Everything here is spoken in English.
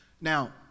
now